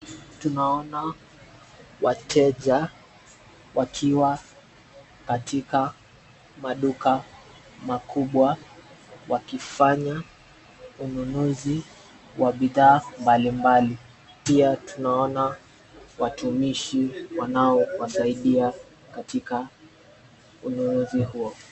Tunaona wateja wakiwa katika maduka makubwa wakifanya ununuzi wa bidhaa mbalimbali. Pia tunaona watumishi wanaowasaidia katika ununuzi huo.